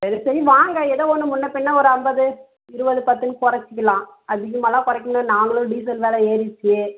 சரி சரி வாங்க ஏதோ ஒன்று முன்னேப் பின்னே ஒரு ஐம்பது இருபது பத்துனு கொறைச்சிக்கலாம் அதுக்கு மேலேலாம் குறைக்க நாங்களும் டீசல் வெலை ஏறிடுச்சு